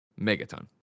Megaton